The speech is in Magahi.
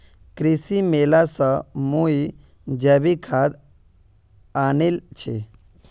कृषि मेला स मुई जैविक खाद आनील छि